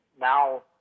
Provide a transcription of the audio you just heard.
now